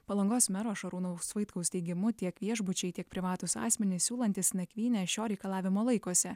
palangos mero šarūno vaitkaus teigimu tiek viešbučiai tiek privatūs asmenys siūlantys nakvynę šio reikalavimo laikosi